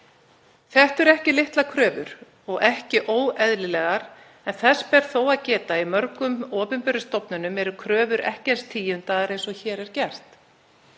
Þetta eru ekki litlar kröfur og ekki óeðlilegar en þess ber þó að geta að í mörgum opinberum stofnunum eru kröfur ekki eins tíundaðar og hér er gert.